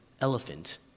elephant